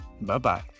Bye-bye